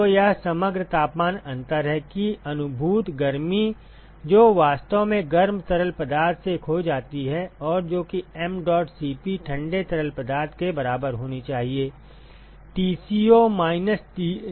तो यह समग्र तापमान अंतर है कि अनुभूत गर्मी जो वास्तव में गर्म तरल पदार्थ से खो जाती है और जो कि mdot Cp ठंडे तरल पदार्थ के बराबर होनी चाहिए Tco माइनस dci में